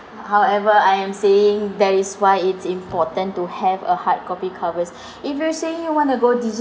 however I am saying that is why it's important to have a hard copy covers if you say you want to go digi~